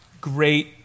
great